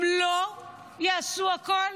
אם לא יעשו הכול,